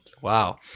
Wow